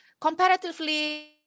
comparatively